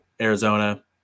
Arizona